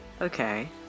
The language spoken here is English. Okay